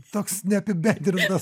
toks neapibendrintas